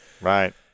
Right